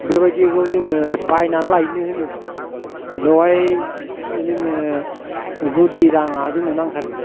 बेबायदिखौ जोङो बायनानै लायनो होनोब्ला बेयावहाय जोङो गुदि राङा जोंनो नांथारगोन